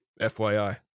FYI